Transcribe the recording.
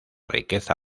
riqueza